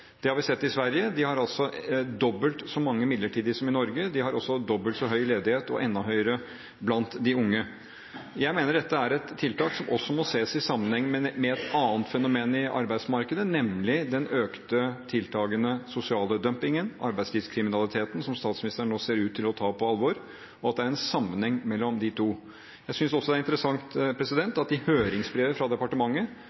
Det har vi sett i Sverige. De har dobbelt så mange midlertidige som i Norge, de har også dobbelt så høy ledighet og enda høyere blant de unge. Jeg mener dette er et tiltak som også må ses i sammenheng med et annet fenomen i arbeidsmarkedet, nemlig den økte, tiltakende sosiale dumpingen, arbeidslivskriminaliteten, som statsministeren nå ser ut til å ta på alvor, og at det er en sammenheng mellom disse to. Jeg synes også det er interessant